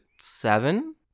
seven